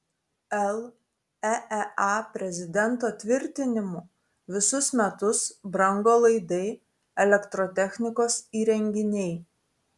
leea prezidento tvirtinimu visus metus brango laidai elektrotechnikos įrenginiai